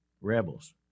rebels